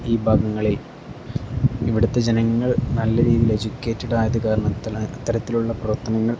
ഈ ഭാഗങ്ങളിൽ ഇവിടുത്തെ ജനങ്ങൾ നല്ല രീതിയിൽ എജ്യൂക്കേറ്റഡ് ആയത് കാരണത്താൽ അത്തരത്തിലുള്ള പ്രവർത്തനങ്ങൾ